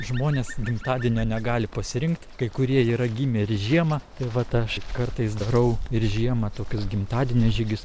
žmonės gimtadienio negali pasirinkt kai kurie yra gimę ir žiemą tai vat aš kartais darau ir žiemą tokius gimtadienio žygius